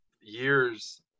years